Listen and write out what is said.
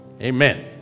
Amen